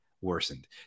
worsened